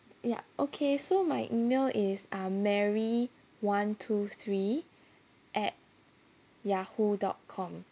ya okay so my email is uh mary one two three at Yahoo dot com